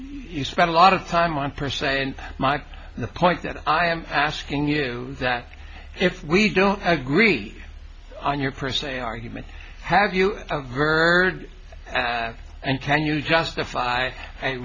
you spend a lot of time on per se and mike the point that i am asking you that if we don't agree on your per se argument have you a verdict and can you justify